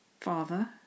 Father